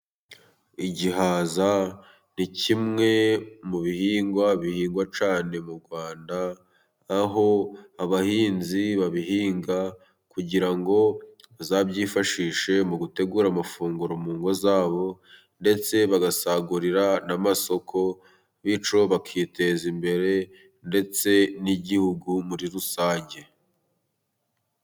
Igihaza ni kimwe mu bihingwa bihingwa cyane mu Rwanda, aho abahinzi babihinga kugira ngo bazabyifashishe mu gutegura amafunguro mu ngo zabo, ndetse bagasagurira n'amasoko, bityo bakiteza imbere ndetse n'igihugu muri rusange.